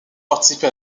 participé